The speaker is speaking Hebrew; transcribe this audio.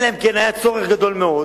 אלא אם כן היה צורך גדול מאוד